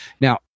Now